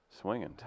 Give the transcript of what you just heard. swinging